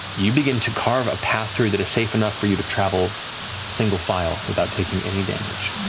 you begin to carve a path through that is safe enough for you to travel single-file, without taking any damage.